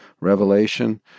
revelation